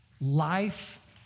life